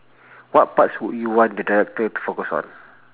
what parts would you want the director to focus on